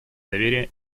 доверия